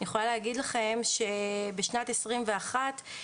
אני יכולה להגיד לכם שבשנת 2021 קיבלו